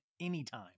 anytime